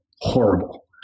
horrible